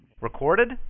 Recorded